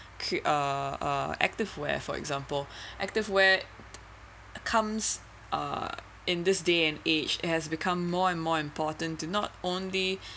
uh active wear for example active wear comes uh in this day and age has become more and more important to not only